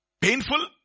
Painful